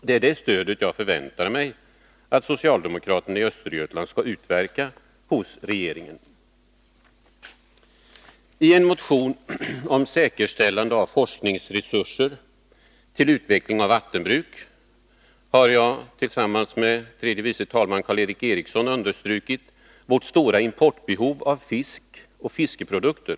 Det är det stödet som jag förväntar mig att socialdemokraterna i Östergötland skall utverka hos regeringen. I en motion om säkerställande av forskningsresurser till utveckling av vattenbruk har jag och tredje vice talmannen Karl Erik Eriksson understrukit vårt stora importbehov av fisk och fiskprodukter.